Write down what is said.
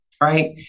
right